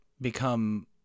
become